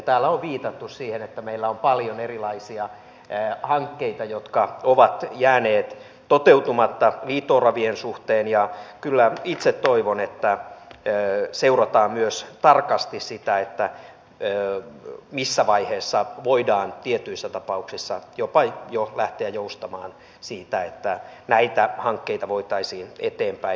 täällä on viitattu siihen että meillä on paljon erilaisia hankkeita jotka ovat jääneet toteutumatta liito oravien suhteen ja kyllä itse toivon että seurataan tarkasti myös sitä missä vaiheessa voidaan tietyissä tapauksissa jopa jo lähteä siitä joustamaan niin että näitä hankkeita voitaisiin eteenpäin viedä